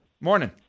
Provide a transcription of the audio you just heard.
Morning